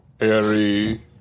Airy